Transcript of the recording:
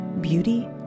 beauty